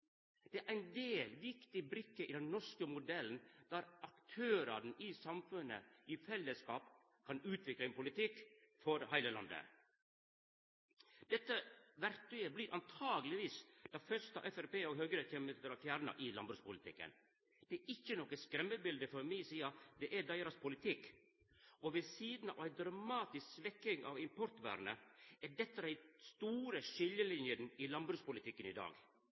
kan utvikla ein politikk for heile landet. Dette verktyet blir antakeleg det fyrste Framstegspartiet og Høgre kjem til å fjerna i landbrukspolitikken. Dette er ikkje noko skremmebilete frå mi side, det er deira politikk, og ved sida av ei dramatisk svekking av importvernet er dette dei store skiljelinene i landbrukspolitikken i dag.